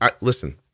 Listen